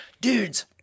dudes